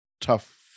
tough